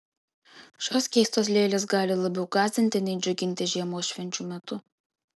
šios keistos lėlės gali labiau gąsdinti nei džiuginti žiemos švenčių metu